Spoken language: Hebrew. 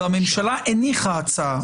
והממשלה הניחה הצעה,